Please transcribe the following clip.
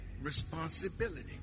responsibility